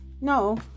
No